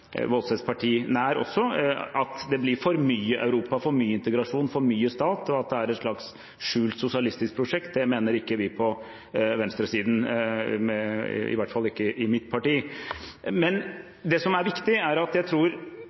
også – at det blir for mye Europa, for mye integrasjon og for mye stat, og at det er et slags skjult sosialistisk prosjekt. Det mener ikke vi på venstresiden – i hvert fall ikke i mitt parti. Det som er viktig, er at jeg tror